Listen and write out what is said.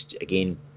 Again